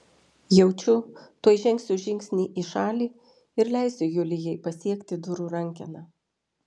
jaučiu tuoj žengsiu žingsnį į šalį ir leisiu julijai pasiekti durų rankeną